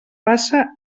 passa